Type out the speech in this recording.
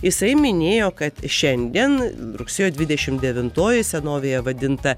jisai minėjo kad šiandien rugsėjo dvidešim devintoji senovėje vadinta